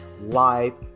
live